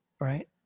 Right